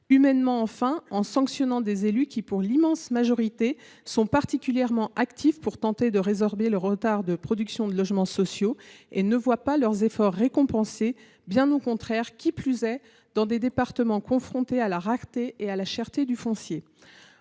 Humainement enfin, car il s’agit de sanctionner des élus qui, pour l’immense majorité, sont très actifs pour tenter de résorber le retard de production de logements sociaux et ne voient pas leurs efforts récompensés, bien au contraire, qui plus est dans des départements confrontés à la rareté et à la cherté du foncier.